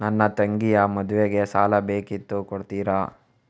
ನನ್ನ ತಂಗಿಯ ಮದ್ವೆಗೆ ಸಾಲ ಬೇಕಿತ್ತು ಕೊಡ್ತೀರಾ?